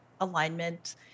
alignment